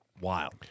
wild